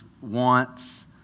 wants